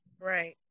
Right